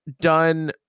done